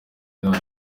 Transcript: none